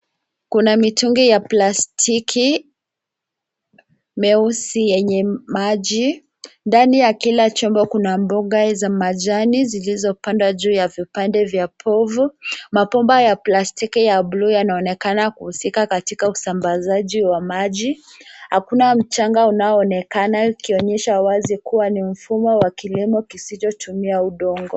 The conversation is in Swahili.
Kuna mitungi ya plastiki meusi yenye maji. Ndani ya kila chombo kuna mboga za majani zilizopandwa juu ya vipande vya povu. Mabomba ya plastiki ya buluu yanaonekana kuhusika katika usambazaji wa maji. Hakuna mchanga unaoonekana ikionyesha wazi kuwa ni mfumo wa kilimo kisichotumia udongo.